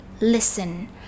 listen